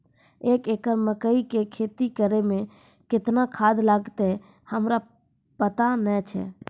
एक एकरऽ मकई के खेती करै मे केतना खाद लागतै हमरा पता नैय छै?